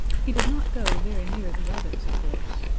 he did not go very near the rabbits, of course,